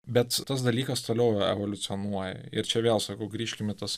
bet tas dalykas toliau evoliucionuoja ir čia vėl sakau grįžkim į tas